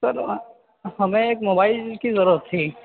سر ہمیں ایک موبائل کی ضرورت تھی